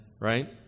right